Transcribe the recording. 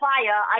Fire